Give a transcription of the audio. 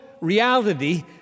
reality